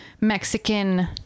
mexican